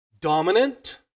dominant